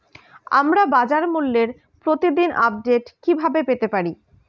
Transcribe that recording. আমরা বাজারমূল্যের প্রতিদিন আপডেট কিভাবে পেতে পারি?